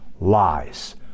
Lies